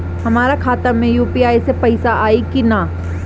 हमारा खाता मे यू.पी.आई से पईसा आई कि ना?